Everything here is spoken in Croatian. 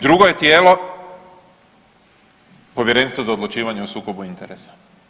Drugo je tijelo Povjerenstvo za odlučivanje o sukobu interesa.